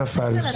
נפל.